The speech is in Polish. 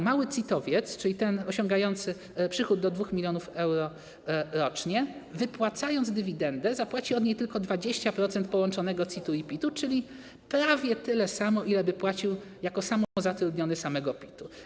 Mały CIT-owiec, czyli ten osiągający przychód do 2 mln euro rocznie, wypłacając dywidendę, zapłaci od niej tylko 20% połączonego CIT i PIT, czyli prawie tyle samo, ile płaciłby jako samozatrudniony samego PIT.